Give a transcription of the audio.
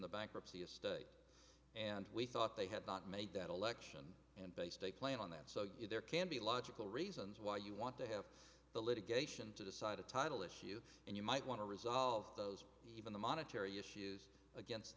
the bankruptcy estate and we thought they had not made that election and based a plan on that so there can be logical reasons why you want to have the litigation to decide a title issue and you might want to resolve those even the monetary issues against